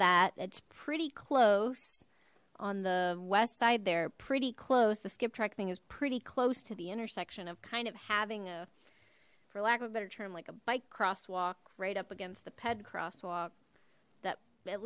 it has that it's pretty close on the west side they're pretty close the skip track thing is pretty close to the intersection of kind of having a for lack of a better term like a bike crosswalk right up against the ped crosswalk that at